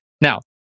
Now